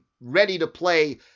ready-to-play